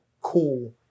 cool